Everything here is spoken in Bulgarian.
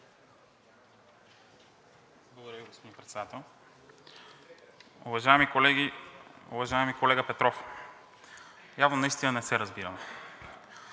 Ви, господин Председател. Уважаеми колеги! Уважаеми колега Петров, явно наистина не се разбираме.